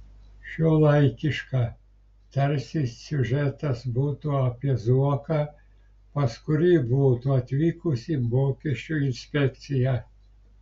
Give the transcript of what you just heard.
šiuolaikiška tarsi siužetas būtų apie zuoką pas kurį būtų atvykusi mokesčių inspekcija